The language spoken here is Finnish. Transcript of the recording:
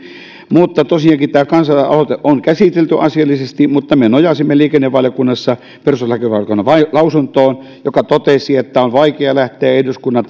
mutta tosiaankin tämä kansalaisaloite on käsitelty asiallisesti me nojasimme liikennevaliokunnassa perustuslakivaliokunnan lausuntoon joka totesi että on vaikea lähteä eduskunnan